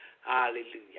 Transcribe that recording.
Hallelujah